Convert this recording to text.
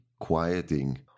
quieting